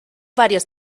varios